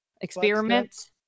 experiments